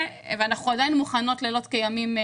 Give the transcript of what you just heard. ואנחנו עדיין מוכנות לעסוק בו לילות כימים.